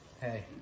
hey